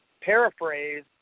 paraphrase